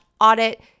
audit